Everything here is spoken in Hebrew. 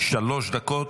שלוש דקות,